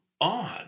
on